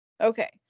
Okay